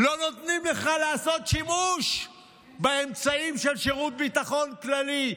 לא נותנים לך לעשות שימוש באמצעים של שירות ביטחון כללי.